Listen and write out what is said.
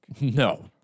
No